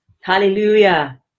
Hallelujah